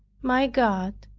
my god,